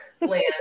land